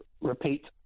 Repeat